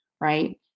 right